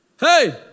Hey